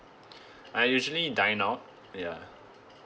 I usually dine out ya